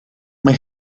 mae